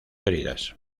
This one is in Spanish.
heridas